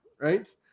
right